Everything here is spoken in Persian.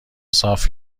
صاف